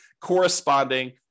corresponding